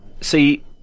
see